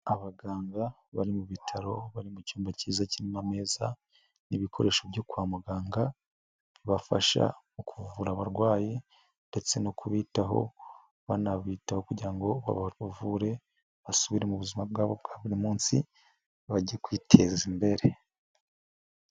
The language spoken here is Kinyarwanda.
Abaganga bari mu bitaro bari mu cyumba cyiza kirimo ameza n'ibikoresho byo kwa muganga bibafasha mu kuvura abarwayi ndetse no kubitaho banabitaho kugira ngo babavure basubire mu buzima bwabo bwa buri munsi bage kwiteza imbere.